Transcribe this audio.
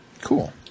Cool